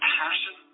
passion